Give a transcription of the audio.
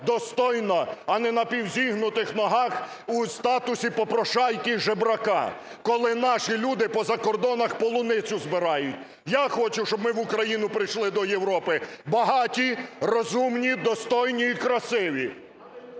достойно, а не напівзігнутих ногах у статусі попрошайки-жебрака, коли наші люди по закордонах полуницю збирають. Я хочу, щоб ми в Україну прийшли до Європи багаті, розумні, достойні і красиві.